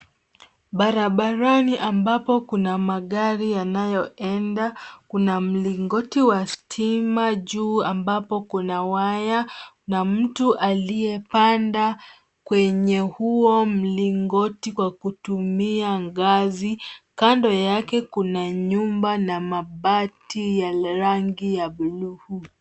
Barabarani ambapo kuna magari yanayo enda, kuna mlingoti wa stima juu ambapo kuna waya na mtu aliye panda kwenye huo mlingoti kwa kutumia ngazi. Kando yake kuna nyumba na mabati ya rangi ya bluu.